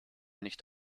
nicht